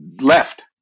left